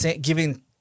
giving